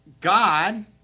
God